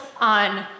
on